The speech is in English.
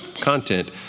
content